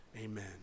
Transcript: Amen